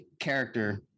character